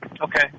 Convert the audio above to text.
Okay